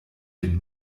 den